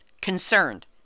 concerned